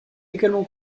également